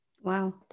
Wow